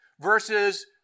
versus